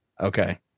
Okay